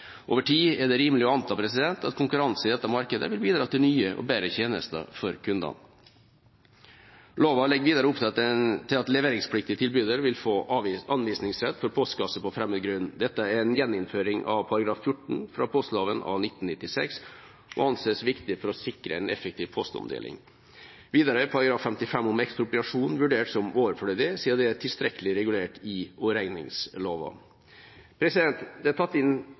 Over tid er det rimelig å anta at konkurranse i dette markedet vil bidra til nye og bedre tjenester for kundene. Loven legger videre opp til at leveringspliktig tilbyder vil få anvisningsrett for postkasse på fremmed grunn. Dette er en gjeninnføring av § 14 fra postloven av 1996 og anses viktig for å sikre en effektiv postomdeling. Videre er § 55 om ekspropriasjon vurdert som overflødig siden det er tilstrekkelig regulert i oreigningsloven. Det er tatt inn